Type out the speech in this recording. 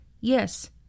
Yes